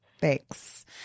thanks